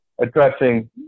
addressing